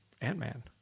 Ant-Man